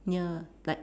near like